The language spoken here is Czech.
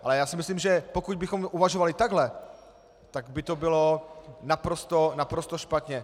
Ale já si myslím, že pokud bychom uvažovali takhle, tak by to bylo naprosto špatně.